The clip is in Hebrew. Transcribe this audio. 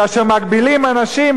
כאשר מגבילים אנשים,